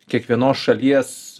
kiekvienos šalies